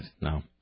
No